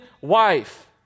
wife